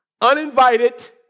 uninvited